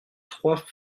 trois